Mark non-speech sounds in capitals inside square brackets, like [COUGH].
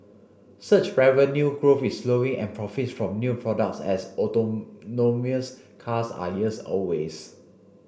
search revenue growth is slowing and profits from new products as autonomous cars are years [UNINTELLIGIBLE]